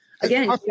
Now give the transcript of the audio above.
again